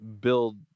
build